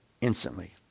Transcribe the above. instantly